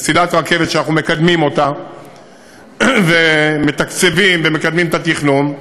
שאנחנו מקדמים, מתקצבים ומקדמים את התכנון,